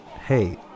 Hey